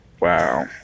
Wow